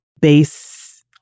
base